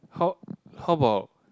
how how about